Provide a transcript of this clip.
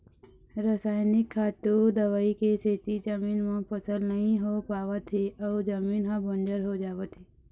रसइनिक खातू, दवई के सेती जमीन म फसल नइ हो पावत हे अउ जमीन ह बंजर हो जावत हे